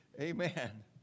Amen